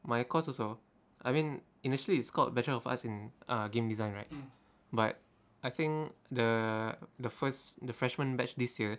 my course also I mean initially it's called bachelor of arts in uh game design right but I think the the first the freshman batch this year